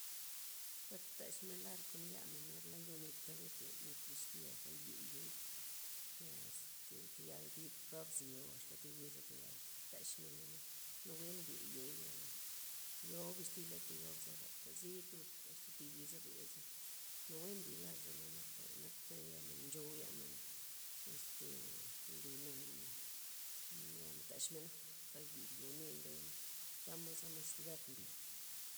Par taxmen lar kon yamen nerla yonita lud len nit bixtya zelye yoo'i, ya este tayal dib roo'a bzye oxta thi wiz zatayal taxmenana' nawue mblye yoo'i luego, yoo bixtila tigob zera tazii tudza' axta' thi wiza ryoza', nawe mbilarza nanakta' naktey gabmey nchou yamen este limen xomod gabmen taxmena, par yib yoo ne ndoy tamod za mas tibrat mbii.